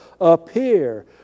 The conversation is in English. appear